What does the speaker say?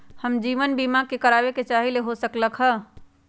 हम जीवन बीमा कारवाबे के चाहईले, हो सकलक ह?